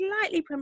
slightly